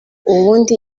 ubundi